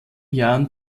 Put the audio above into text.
jahren